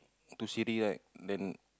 to Siri right then